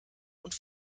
und